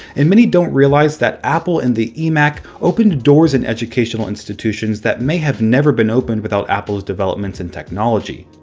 and many don't realize that apple and the emac opened doors in educational institutions that may have never been opened without apple's developments in technology.